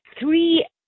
three